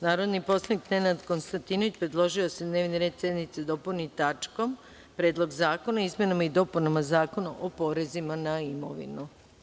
Narodni poslanik Nenad Konstantinović predložio je da se dnevni red sednice dopuni tačkom – Predlog zakona o izmenama i dopunama Zakona o porezima na imovinu.